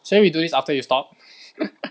we do this after you stop